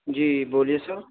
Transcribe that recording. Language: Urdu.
جی بولیے سر